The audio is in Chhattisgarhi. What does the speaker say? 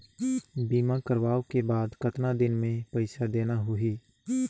बीमा करवाओ के बाद कतना दिन मे पइसा देना हो ही?